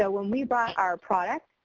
so when we brought our product,